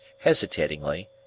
hesitatingly